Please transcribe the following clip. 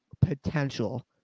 potential